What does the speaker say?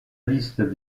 liste